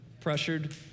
pressured